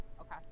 Okay